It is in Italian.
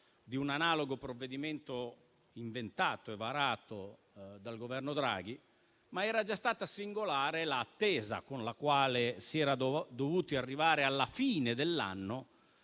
di un analogo provvedimento inventato e varato dal Governo Draghi. Era già stata singolare però l'attesa con la quale si era dovuti arrivare alla fine dell'anno;